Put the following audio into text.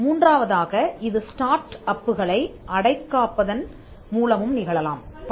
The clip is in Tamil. மூன்றாவதாக இது ஸ்டார்ட் அப்புகளை அடை காப்பதன் மூலமும் நிகழலாம்